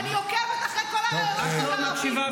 אנחנו מקשיבים.